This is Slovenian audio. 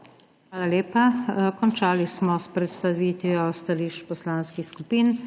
Hvala lepa. Končali smo s predstavitvijo stališč poslanskih skupin.